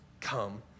come